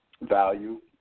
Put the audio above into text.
value